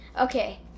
Okay